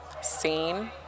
seen